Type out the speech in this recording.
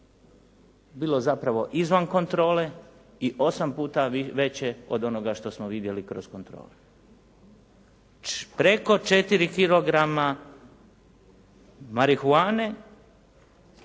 bilo zapravo izvan kontrole i osam puta veće od onoga što smo vidjeli kroz kontrole. Preko 4 kilograma marihuane